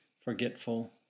forgetful